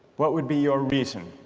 what would be your reason?